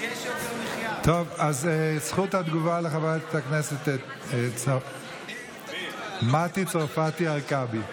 זכות התגובה לחברת הכנסת מטי צרפתי הרכבי.